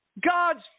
God's